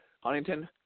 Huntington